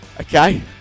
okay